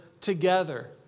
together